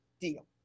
deal